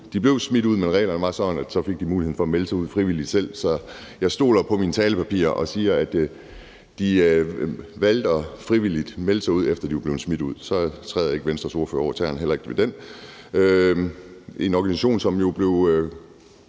de blev smidt ud, men reglerne var sådan, at så fik de mulighed for selv at melde sig ud frivilligt. Så jeg stoler på mine talepapirer og siger, at de valgte frivilligt at melde sig ud, efter de var blevet smidt ud. Så træder jeg ikke Venstres ordfører over tæerne – heller ikke i den henseende. Det er en organisation, som jo blev